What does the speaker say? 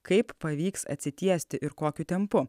kaip pavyks atsitiesti ir kokiu tempu